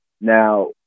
Now